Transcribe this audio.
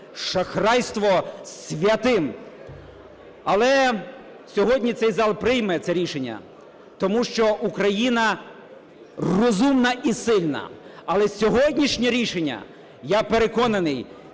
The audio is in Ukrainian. Шахрайство святим. Але сьогодні цей зал прийме це рішення, тому що Україна розумна і сильна. Але сьогоднішнє рішення, я переконаний,